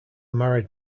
married